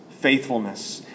faithfulness